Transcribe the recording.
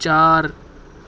چار